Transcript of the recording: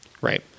Right